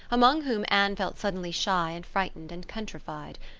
among whom anne felt suddenly shy and frightened and countrified.